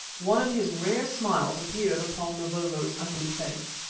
one of his rare smiles appeared upon mavovo's ugly face.